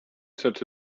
such